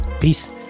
peace